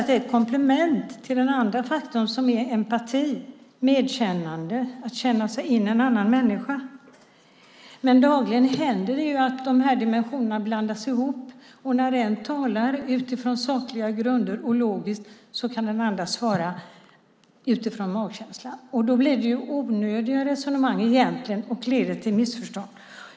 Det är ett komplement till den andra faktorn, nämligen empati, medkännande, att känna sig in i en annan människa. Dagligen händer det att dimensionerna blandas ihop. När en talar utifrån sakliga grunder och logiskt kan den andra svara utifrån magkänslan. Då blir det onödiga resonemang som leder till missförstånd.